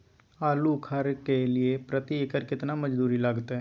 आलू उखारय के लिये प्रति एकर केतना मजदूरी लागते?